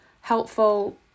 helpful